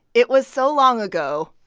it was so long ago,